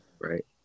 right